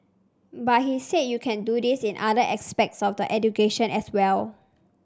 but he said you can do this in other aspects of the education as well